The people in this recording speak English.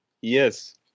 Yes